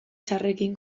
txarrekin